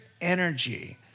energy